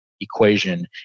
equation